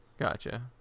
Gotcha